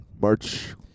March